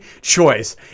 choice